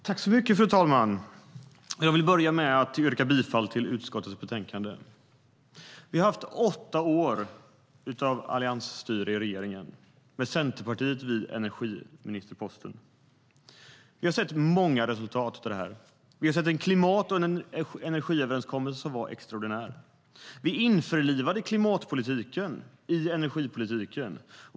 Fru talman! Jag vill börja med att yrka bifall till förslaget i utskottets betänkande. Vi har haft åtta år av alliansstyre med Centerpartiet på energiministerposten. Vi har sett många resultat av detta. Vi har sett en extraordinär klimat och energiöverenskommelse. Vi införlivade klimatpolitiken i energipolitiken.